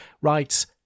writes